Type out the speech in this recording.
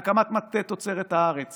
והקמת מטה תוצרת הארץ